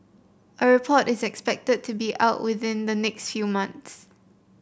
a report is expected to be out within the next few months